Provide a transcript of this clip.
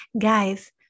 Guys